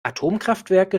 atomkraftwerke